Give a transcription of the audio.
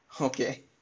Okay